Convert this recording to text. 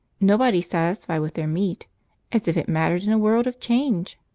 nobody satisfied with their meat as if it mattered in a world of change!